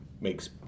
makes